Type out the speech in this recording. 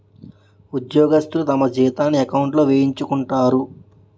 ఉద్యోగస్తులు తమ జీతాన్ని ఎకౌంట్లో వేయించుకుంటారు